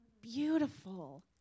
Beautiful